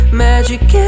magic